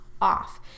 off